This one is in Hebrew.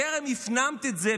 טרם הפנמת את זה,